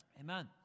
Amen